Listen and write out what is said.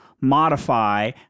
modify